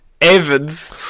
Evans